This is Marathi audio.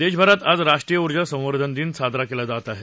देशभरात आज राष्ट्रीय उर्जा संवर्धन दिवस साजरा केला जात आहे